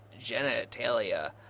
genitalia